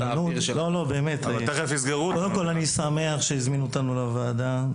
שמח שהזמינו לוועדה.